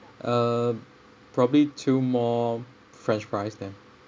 uh probably two more french fries then